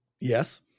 Yes